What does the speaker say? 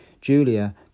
Julia